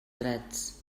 drets